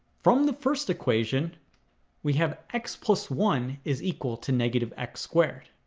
from the first equation we have x plus one is equal to negative x squared